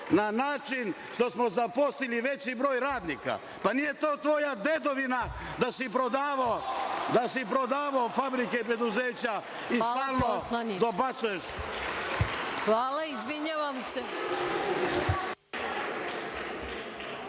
na način što smo zaposlili veći broj radnika. Pa nije to tvoja dedovina da si prodavao fabrike i preduzeća i samo dobacuješ. **Maja